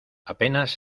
apenas